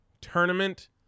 tournament